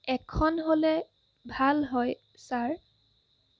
এখন হ'লে ভাল হয় ছাৰ